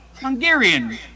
Hungarian